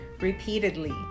Repeatedly